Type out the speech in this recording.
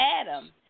Adam